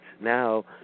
now